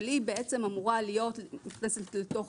אבל היא בעצם אמורה להיות מוכנסת לתוך